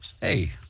Hey